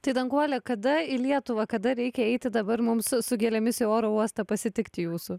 tai danguole kada į lietuvą kada reikia eiti dabar mums su gėlėmis į oro uostą pasitikti jūsų